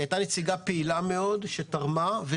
הנציגה תרמה ותמכה.